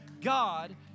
God